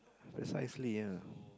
precisely ya